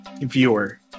viewer